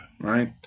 right